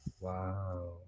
wow